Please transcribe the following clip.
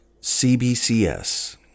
CBCS